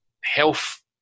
health